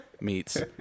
meets